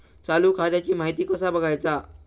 चालू खात्याची माहिती कसा बगायचा?